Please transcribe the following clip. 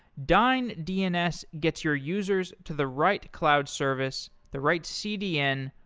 dyn dns gets your users to the right cloud service, the right cdn,